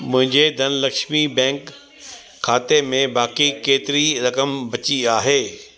मुंहिंजे धनलक्ष्मी बैंक खाते में बाक़ी केतिरी रक़म बची आहे